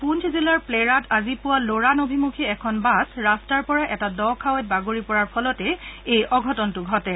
পুঞ্চ জিলাৰ প্নেৰাত আজি পুৱা লোৰাণ অভিমূখি এখন বাছ ৰাস্তাৰ পৰা এটা দ খাৱৈত বাগৰি পৰাৰ ফলতেই এই অঘটনটো ঘটে